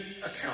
account